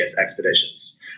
expeditions